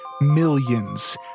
millions